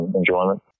enjoyment